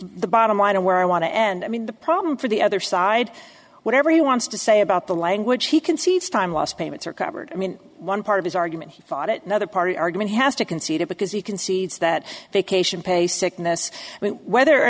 the bottom line and where i want to end i mean the problem for the other side whatever he wants to say about the language he concedes time lost payments are covered i mean one part of his argument he thought it another party argument has to concede it because he concedes that vacation pay sickness and whether or